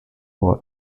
ward